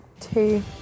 two